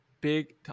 big